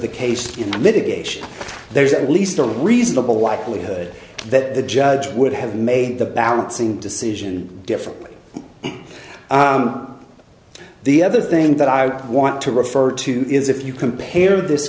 the case in mitigation there's at least a reasonable likelihood that the judge would have made the balancing decision differently the other thing that i want to refer to is if you compare this